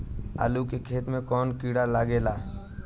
आलू के खेत मे कौन किड़ा लागे ला?